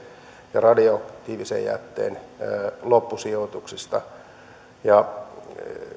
radioaktiivisen jätteen loppusijoituksesta ja